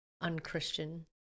unChristian